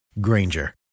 Granger